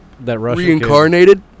reincarnated